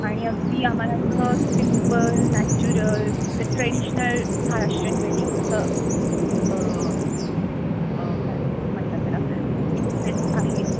आणि अगदी आम्हाला असं सिम्पल नॅचरल असं ट्रेडिशनल महाराष्ट्रीयन वेडिंग असं काय म्हणू म्हणतात त्याला इंटरेस्ट आहे